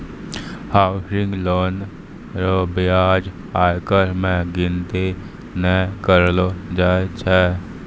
housing loan रो ब्याज आयकर मे गिनती नै करलो जाय छै